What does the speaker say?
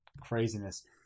craziness